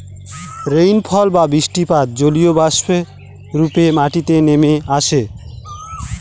rainfall বা বৃষ্টিপাত জলীয়বাষ্প রূপে মাটিতে নেমে আসে